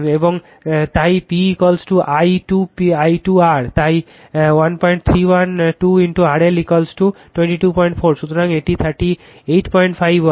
এবং তাই PI 2 R তাই 131 2 RL224 সুতরাং এটি 385 ওয়াট